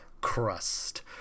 Crust